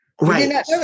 Right